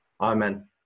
amen